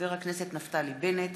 חבר הכנסת נפתלי בנט,